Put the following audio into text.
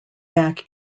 back